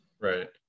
Right